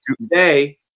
today